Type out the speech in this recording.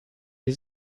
die